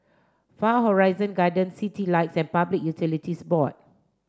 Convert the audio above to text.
Far Horizon Gardens Citylights and Public Utilities Board